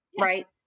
Right